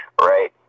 right